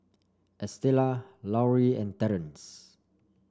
Estela Lauri and Terrence